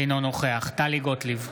אינו נוכח טלי גוטליב,